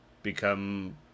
become